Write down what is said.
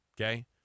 Okay